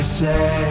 say